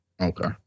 Okay